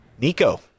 Nico